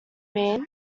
mean